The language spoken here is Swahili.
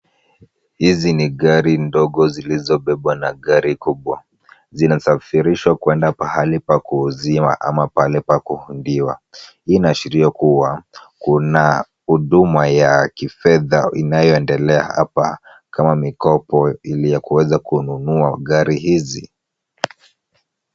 Hizi ni gari ndogo zilizobebwa na gari kubwa. Zinasafirishwa kwenda pahali pa kuuziwa ama pahali pa kuundiwa. Hii inaashira kuwa kuna huduma ya kifedha inayoendelea hapa kama mikopo, ili ya kuweza kununua gari hizi.